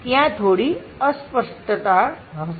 ત્યાં થોડી અસ્પષ્ટતા હશે